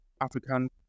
African